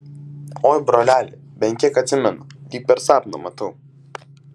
oi broleli bent kiek atsimenu lyg per sapną matau